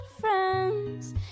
friends